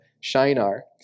Shinar